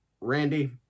Randy